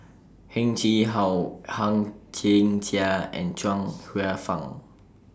Heng Chee How Hang Chang Chieh and Chuang Hsueh Fang